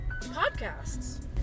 podcasts